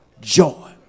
joy